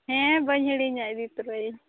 ᱦᱮᱸ ᱵᱟᱹᱧ ᱦᱤᱲᱤᱧᱟ ᱤᱫᱤ ᱛᱚᱨᱟᱭᱟᱹᱧ